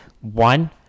One